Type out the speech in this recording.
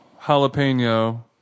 jalapeno